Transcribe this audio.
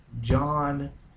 John